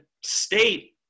state